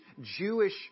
Jewish